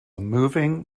moving